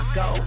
go